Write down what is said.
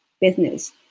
business